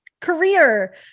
career